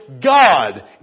God